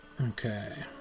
Okay